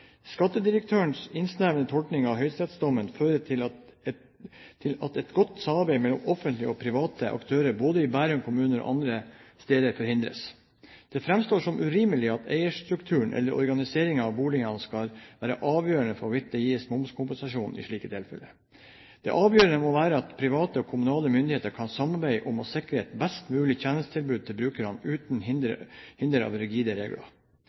tolkning av høyesterettsdommen fører til at et godt samarbeid mellom offentlige og private aktører, både i Bærum kommune og andre steder, forhindres. Det framstår som urimelig at eierstrukturen eller organiseringen av boligene skal være avgjørende for hvorvidt det gis momskompensasjon i slike tilfeller. Det avgjørende må være at private og kommunale myndigheter kan samarbeide om å sikre et best mulig tjenestetilbud til brukerne, uten rigide regler. I sitt høringsinnspill av